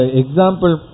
example